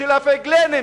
אנחנו לא גורמים עוינים.